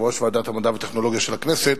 יושב-ראש ועדת המדע והטכנולוגיה של הכנסת,